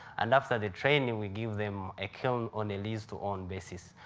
and after the training we give them a kiln on a lease to own basis.